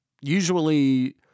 usually—